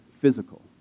physical